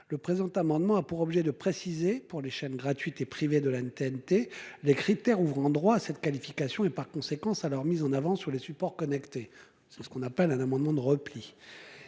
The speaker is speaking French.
Le présent amendement, de repli, a pour objet de préciser, pour les chaînes gratuites et privées de la TNT, les critères ouvrant droit à cette qualification, et par conséquent à leur mise en avant sur les supports connectés. Il est en effet essentiel de tenir